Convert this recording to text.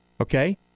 okay